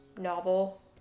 novel